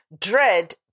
dread